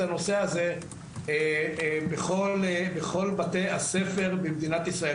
הנושא הזה בכל בתי הספר במדינת ישראל.